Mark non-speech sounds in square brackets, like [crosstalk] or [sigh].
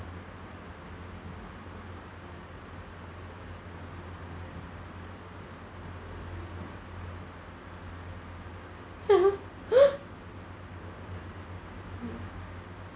[laughs] [breath]